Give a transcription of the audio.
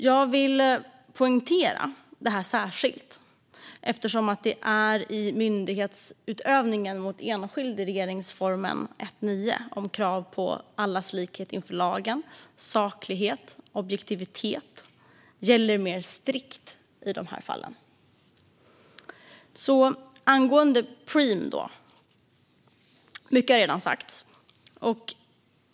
Jag vill särskilt poängtera detta eftersom det i fråga om myndighetsutövningen mot enskild enligt regeringsformen 1 kap. 9 § finns krav på att allas likhet inför lagen, saklighet och objektivitet gäller mer strikt i dessa fall. Angående Preem har mycket redan sagts.